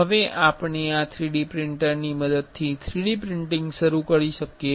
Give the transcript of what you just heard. હવે આપણે આ 3D પ્રિંટરની મદદથી 3D પ્રિન્ટિંગ શરૂ કરી શકીએ છીએ